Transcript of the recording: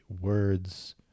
words